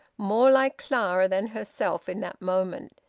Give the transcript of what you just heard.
more like clara, than herself in that moment.